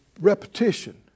repetition